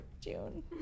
June